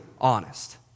honest